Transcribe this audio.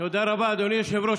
תודה רבה, אדוני היושב-ראש.